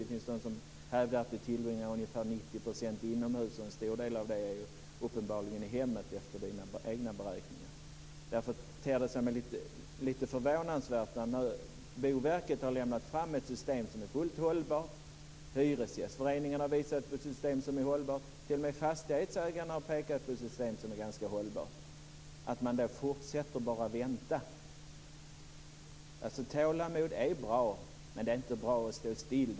Det finns de som hävdar att vi tillbringar ungefär 90 % av tiden inomhus, och en stor del av det är uppenbarligen i hemmet efter Ronny Olanders egna beräkningar. Därför ter det här sig lite förvånande. Boverket har lämnat fram ett system som är fullt hållbart. Hyresgästföreningen har visat ett system som är hållbart. T.o.m. fastighetsägarna har pekat på ett system som är ganska hållbart. Ändå fortsätter man att bara vänta. Tålamod är bra. Men det är inte bra att stå stilla.